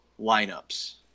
lineups